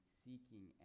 seeking